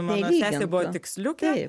mano sesė buvo tiksliukė